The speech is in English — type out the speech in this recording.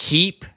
Keep